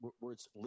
words